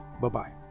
Bye-bye